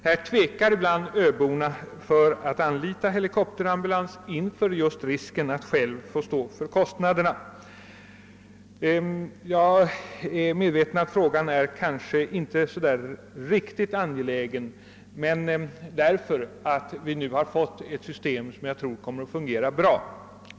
Öborna tvekar ibland att anlita helikopterambulans inför risken att själva få stå för kostnaderna. Jag är medveten om att frågan kanske inte är så angelägen, eftersom vi nu fått ett system som jag tror kommer att fungera bra.